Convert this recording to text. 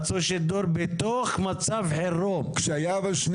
כשהיו שני